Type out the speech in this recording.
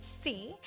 see